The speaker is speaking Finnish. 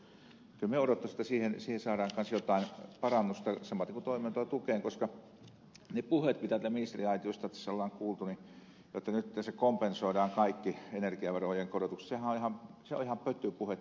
kyllä minä odottaisin että siihen saadaan kanssa jotain parannusta samoiten kuin toimeentulotukeen koska ne puheet mitä ministeriaitiosta tässä ollaan kuultu jotta nyt tässä kompensoidaan kaikki energiaverojen korotukset se on ihan pötypuhetta